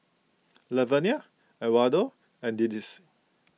Lavenia Edwardo and Delcie